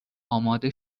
اماده